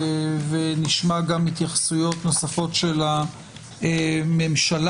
ונשמע גם התייחסויות נוספות של הממשלה.